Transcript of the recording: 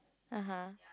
(uh huh)